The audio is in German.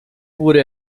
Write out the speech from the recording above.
wurde